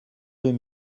deux